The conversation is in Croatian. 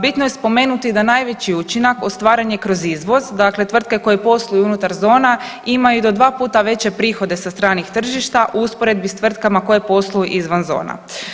Bitno je spomenuti da najveći učinak ostvaren je kroz izvoz, dakle tvrtke koje posluju unutar zona ima i do dva puta veće prihode sa stranih tržišta u usporedbi s tvrtkama koje posluju izvan zona.